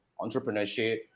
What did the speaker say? entrepreneurship